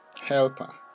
helper